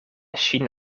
ŝin